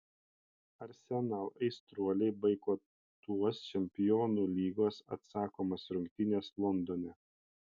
arsenal aistruoliai boikotuos čempionų lygos atsakomas rungtynes londone